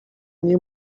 nie